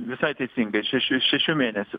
visai teisingai šešių šešių mėnesių